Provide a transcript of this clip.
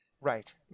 right